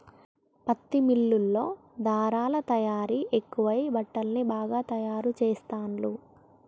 పత్తి మిల్లుల్లో ధారలా తయారీ ఎక్కువై బట్టల్ని బాగా తాయారు చెస్తాండ్లు